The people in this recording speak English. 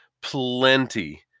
plenty